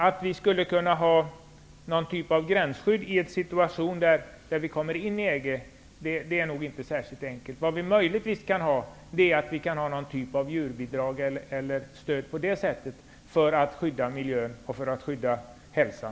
Att ha någon typ av gränsskydd i en situation när vi har kommit in i EG är nog inte särskilt enkelt. Vad vi möjligtvis kan ha är något slags djurbidrag eller annat stöd för att skydda miljön och för att skydda hälsan.